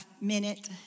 minute